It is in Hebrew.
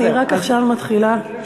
אני רק עכשיו מתחילה, תודה,